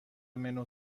منو